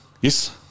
yes